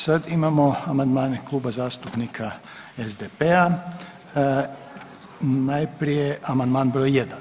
Sada imamo amandmane Kluba zastupnika SDP-a, najprije amandman br. 1.